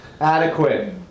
Adequate